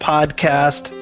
Podcast